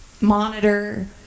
monitor